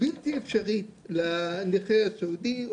בלתי אפשרית לנכה הסיעודי,